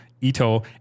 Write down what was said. Ito